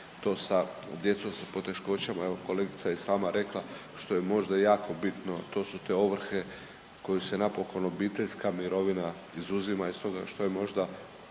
to se djecom sa poteškoćama, evo kolegica je i sama rekla što je možda i jako bitno, a to su te ovrhe koji se napokon obiteljska mirovina izuzima iz toga što je možda